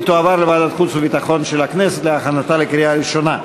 היא תועבר לוועדת החוץ והביטחון של הכנסת להכנתה לקריאה ראשונה.